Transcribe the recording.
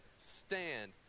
stand